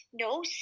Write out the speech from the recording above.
No